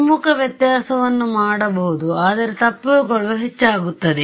ಹಿಮ್ಮುಖ ವ್ಯತ್ಯಾಸವನ್ನು ಮಾಡಬಹುದು ಆದರೆ ತಪ್ಪುಗಳು ಹೆಚ್ಚಾಗುತ್ತದೆ